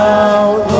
out